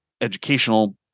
educational